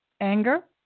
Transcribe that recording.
anger